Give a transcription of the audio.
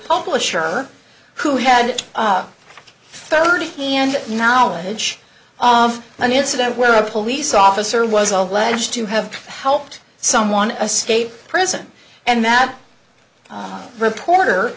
publisher who had it up thirty hand knowledge an incident where a police officer was alleged to have helped someone in a state prison and that reporter